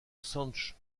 sanche